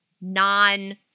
non